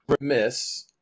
remiss